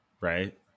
Right